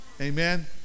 Amen